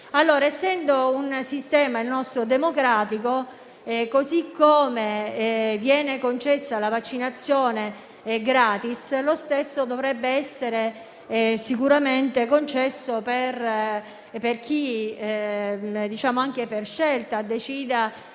nostro un sistema democratico, così come viene concessa la vaccinazione gratis, lo stesso dovrebbe essere sicuramente concesso a chi, anche per scelta, decida